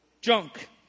junk